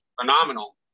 phenomenal